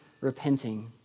repenting